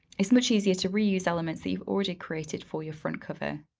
it's much easier to read these elements that you've already created for your front cover.